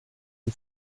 you